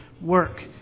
work